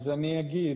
קודם כל,